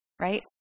Right